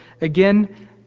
again